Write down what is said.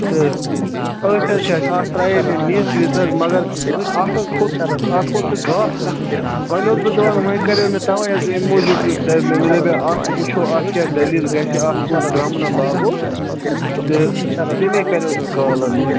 تہٕ أتھۍ حظ چھُ اَسہِ اَتتھ ترٛایٛاے مےٚ میٚژ ویٚژ حظ مگر اَتھ حظ کھوٛت سُہ اَتھ کھوٚت سُہ گاسہٕ حظ وۅنۍ اوسُس بہٕ دَپان وۅنۍ کَریٚو مےٚ تَوَے حظ ییٚمہِ موٗجوٗب مےٚ دَپیٛاو اَتھ وُچھو اَتھ کیٛاہ دٔلیٖل گَژھِ اَتھ کُس درمُنا لاگو تہٕ تیٚمی کَریٛاو مےٚ کال حظ